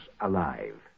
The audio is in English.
alive